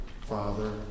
Father